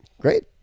Great